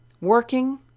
working